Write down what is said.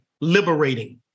liberating